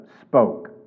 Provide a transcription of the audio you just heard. spoke